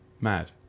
Mad